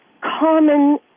Common